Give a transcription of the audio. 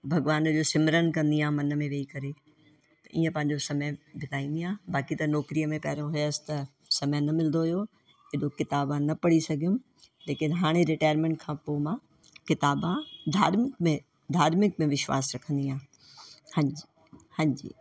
ऐं भॻिवान जो सिमरन कंदी आहियां मन में वेही करे ईअं पंहिंजो समय बिताईंदी आहियां बाक़ी त नौकरीअ में पहिरियों हुअसि त समय न मिलंदो हुओ एॾो किताबा न पढ़ी सघियमि लेकिन हाणे रिटायरमेंट खां पोइ मां किताबा धार्मिक में धार्मिक में विश्वास रखंदी आहियां हांजी हांजी